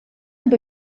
amb